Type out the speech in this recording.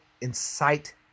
incite